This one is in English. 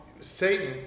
Satan